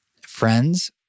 friends